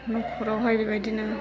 न'खरावहाय बेबायदिनो